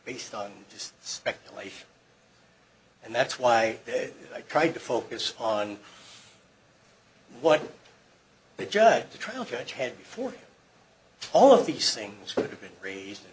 based on just speculation and that's why i tried to focus on what the judge the trial judge had before all of these things would have been raised